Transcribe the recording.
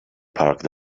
parked